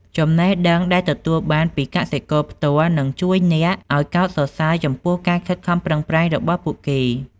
ចំណេះដឹងដែលទទួលបានពីកសិករផ្ទាល់នឹងជួយអ្នកឱ្យកោតសរសើរចំពោះការខិតខំប្រឹងប្រែងរបស់ពួកគេ។